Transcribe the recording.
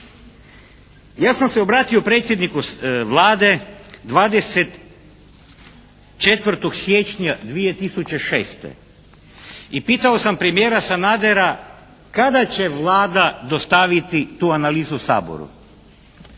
Ja sam se obratio predsjedniku Vlade 24. siječnja 2006. I pitao sam premijera Sanadera kada će Vlada dostaviti tu analizu Saboru.